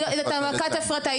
זאת העמקת הפרטה.